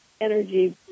energy